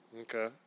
Okay